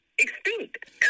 extinct